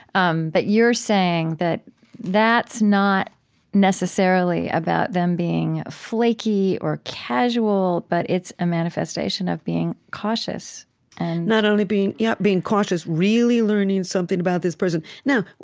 um but you're saying that that's not necessarily about them being flaky or casual, but it's a manifestation of being cautious not only being yeah being cautious really learning something about this person. now,